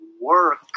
work